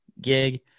gig